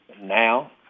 now